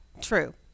true